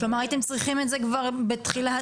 כלומר הייתם צריכים את זה כבר בתחילת ---.